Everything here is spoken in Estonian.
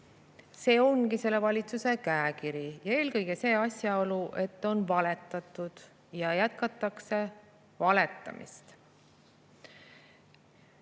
See ongi selle valitsuse käekiri, eelkõige see asjaolu, et on valetatud ja jätkatakse valetamist.